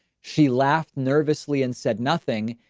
she laughed nervously and said nothing.